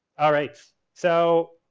all right, so,